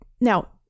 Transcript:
Now